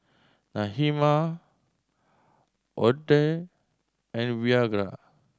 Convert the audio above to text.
Nehemiah Odette and Virgia